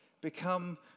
become